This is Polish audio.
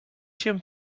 się